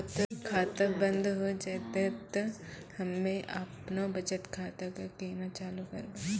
खाता बंद हो जैतै तऽ हम्मे आपनौ बचत खाता कऽ केना चालू करवै?